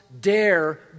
dare